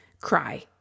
cry